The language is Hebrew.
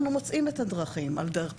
אנחנו מוצאים את הדרכים, על דרך פרשנויות,